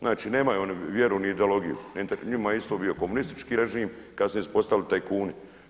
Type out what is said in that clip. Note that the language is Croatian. Znači oni nemaju vjeru ni ideologiju, njima je isto bio komunistički režim, kasnije su postali tajkuni.